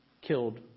killed